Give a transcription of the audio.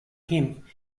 him